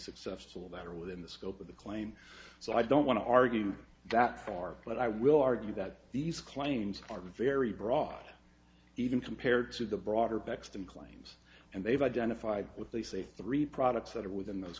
successful that are within the scope of the claim so i don't want to argue that far but i will argue that these claims are very broad even compared to the broader bechstein claims and they've identified with they say three products that are within those